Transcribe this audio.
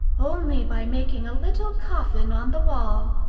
only by making a little coffin on the wall,